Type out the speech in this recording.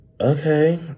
Okay